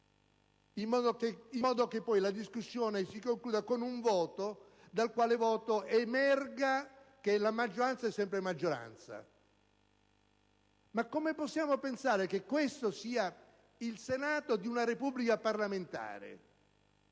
in modo che la discussione si concluda con un voto dal quale emerga che la maggioranza è sempre maggioranza. Ma come possiamo pensare che questo sia il Senato di una Repubblica parlamentare?